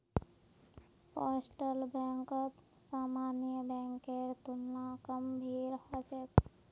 postal बैंकत सामान्य बैंकेर तुलना कम भीड़ ह छेक